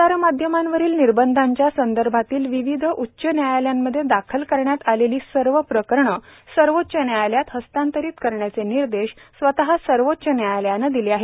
प्रसारमाध्यमांवरील निबंधाच्या संदर्भातील विविध उच्च न्यायालयांमध्ये दाखल करण्यात आलेली सर्व प्रकरणं सर्वोच्च व्यायालयात हस्तांतरित करण्याचे निर्देश स्वतः सर्वोच्च व्यायालयानं दिले आहेत